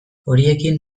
horiekin